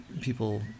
people